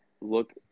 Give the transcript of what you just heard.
look